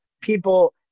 people